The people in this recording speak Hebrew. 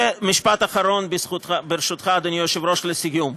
ומשפט אחרון, ברשותך, אדוני היושב-ראש, לסיום.